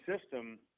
system